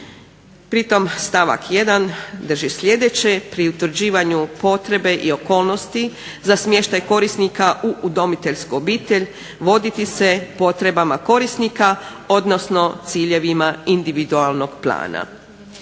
Pri tom stavak 1. drži sljedeće: "Pri utvrđivanju potrebe i okolnosti za smještaj korisnika u udomiteljsku obitelj voditi se potrebama korisnika, odnosno ciljevima individualnog plana."